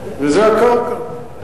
וזה הכול.